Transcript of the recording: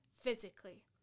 physically